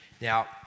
Now